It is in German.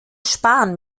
sparen